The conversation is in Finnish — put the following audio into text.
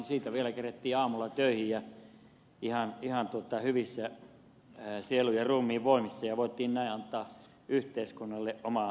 siitä vielä kerettiin aamulla töihin ja ihan hyvissä sielun ja ruumiin voimissa ja voitiin näin antaa yhteiskunnalle oma työpanoksemme